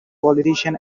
politician